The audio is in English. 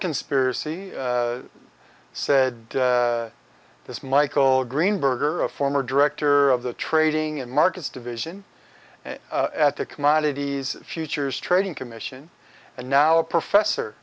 conspiracy said this michael greenberger a former director of the trading and markets division at the commodities futures trading commission and now a professor